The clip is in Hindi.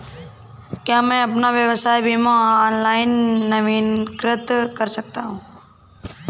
क्या मैं अपना स्वास्थ्य बीमा ऑनलाइन नवीनीकृत कर सकता हूँ?